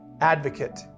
advocate